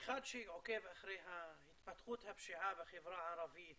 כאחד שעוקב אחרי התפתחות הפשיעה בחברה הערבית